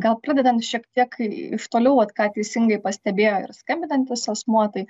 gal pradedant šiek tiek iš toliau vat ką teisingai pastebėjo ir skambinantis asmuo tai